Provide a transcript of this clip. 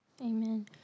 Amen